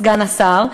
סגן השר,